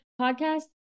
podcast